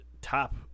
top